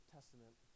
Testament